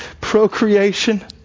procreation